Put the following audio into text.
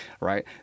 right